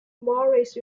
morris